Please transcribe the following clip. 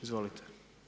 Izvolite.